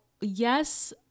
yes